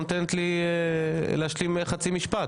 רק התחלתי לדבר, ואת לא נותנת לי לדבר חצי משפט.